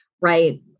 right